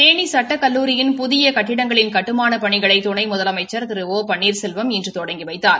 தேளி சட்டக் கல்லூரியின் புதிய கட்டிடங்களின் கட்டுமானப் பணிகளை துணை முதலமைச்சா திரு ஒ பன்னீர்செல்வம் இன்று தொடங்கி வைத்தார்